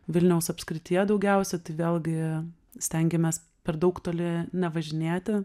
vilniaus apskrityje daugiausia tai vėlgi stengėmės per daug toli nevažinėti